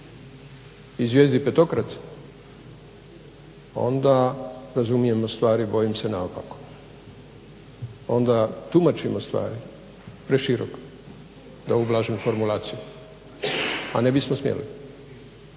i zvijezdi petokraci onda razumijemo stvari bojim se naopako, onda tumačimo stvari preširoko da ublažim formulaciju. A ne bismo smjeli.